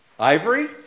Ivory